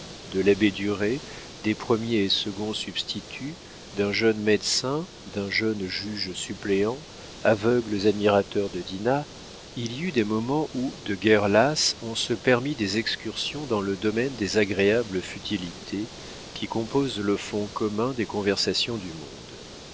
de l'abbé duret des premier et second substituts d'un jeune médecin d'un jeune juge-suppléant aveugles admirateurs de dinah il y eut des moments où de guerre lasse on se permit des excursions dans le domaine des agréables futilités qui composent le fonds commun des conversations du monde